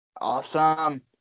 Awesome